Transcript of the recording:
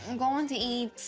and going to eat,